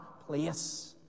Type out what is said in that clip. place